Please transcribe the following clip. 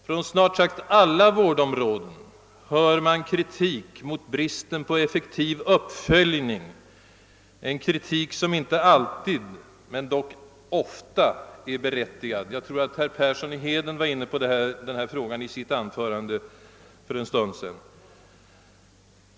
På snart sagt alla vårdområden hör man kritik mot bristen på effektiv uppföljning, en kritik som inte alltid men dock ofta är berättigad. Jag tror att herr Persson i Heden var inne på denna fråga i sitt anförande för en stund sedan.